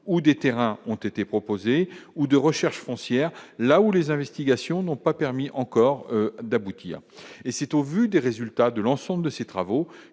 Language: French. où des terrains ont été proposés ou de recherche foncière, là où les investigations n'ont pas permis encore d'aboutir et c'est au vu des résultats de l'ensemble de ces travaux